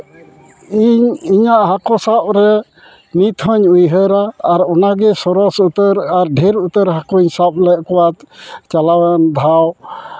ᱤᱟ ᱤᱧᱟᱹᱜ ᱦᱟᱹᱠᱩ ᱥᱟᱵ ᱨᱮ ᱱᱤᱛ ᱦᱚᱸᱧ ᱩᱭᱦᱟᱹᱨᱟ ᱟᱨ ᱚᱱᱟ ᱜᱮ ᱥᱚᱨᱚᱥ ᱩᱛᱟᱹᱨ ᱟᱨ ᱰᱷᱮᱨ ᱩᱟᱛᱟᱹᱨ ᱦᱟᱹᱦᱩᱧ ᱥᱟᱵ ᱞᱮᱫ ᱠᱚᱣᱟ ᱪᱟᱞᱟᱣᱮᱱ ᱫᱷᱟᱣ